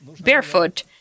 barefoot